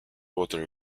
water